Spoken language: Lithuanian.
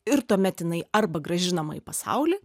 ir tuomet jinai arba grąžinama į pasaulį